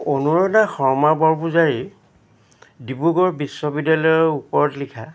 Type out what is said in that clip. অনুৰাধা শৰ্মা বৰপূজাৰী ডিব্ৰুগড় বিশ্ববিদ্যালয়ৰ ওপৰত লিখা